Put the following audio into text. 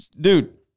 dude